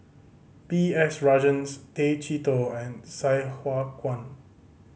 B S Rajhans Tay Chee Toh and Sai Hua Kuan